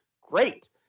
great